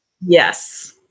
Yes